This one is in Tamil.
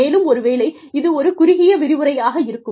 மேலும் ஒருவேளை இது ஒரு குறுகிய விரிவுரையாக இருக்கும்